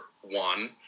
one